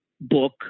book